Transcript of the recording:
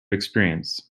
experience